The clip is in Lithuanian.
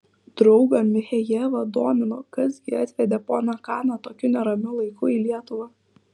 draugą michejevą domino kas gi atvedė poną kaną tokiu neramiu laiku į lietuvą